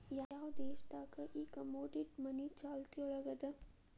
ಯಾವ್ ದೇಶ್ ದಾಗ್ ಈ ಕಮೊಡಿಟಿ ಮನಿ ಚಾಲ್ತಿಯೊಳಗದ?